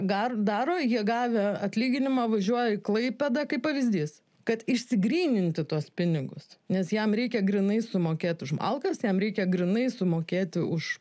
gar daro jie gavę atlyginimą važiuoja į klaipėdą kaip pavyzdys kad išsigryninti tuos pinigus nes jam reikia grynais sumokėt už malkas jam reikia grynais sumokėti už